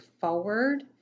forward